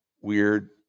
weird